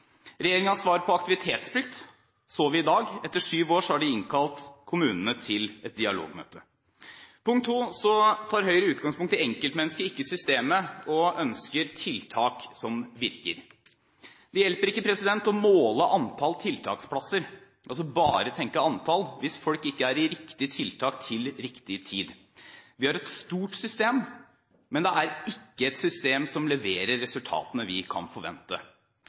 svar på aktivitetsplikt så vi i dag – etter syv år har man innkalt kommunene til et dialogmøte. Punkt 2: Høyre tar utgangspunkt i enkeltmennesket, ikke systemet, og ønsker tiltak som virker. Det hjelper ikke å måle antall tiltaksplasser – altså bare tenke antall – hvis folk ikke er i riktig tiltak til riktig tid. Vi har et stort system, men det er ikke et system som leverer resultatene vi kan forvente.